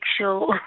show